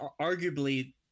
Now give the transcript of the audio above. arguably